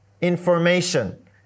information